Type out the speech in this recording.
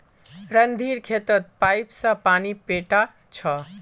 रणधीर खेतत पाईप स पानी पैटा छ